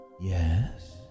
Yes